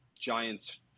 Giants